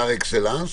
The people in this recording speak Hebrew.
פר אקסלנס,